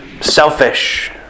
selfish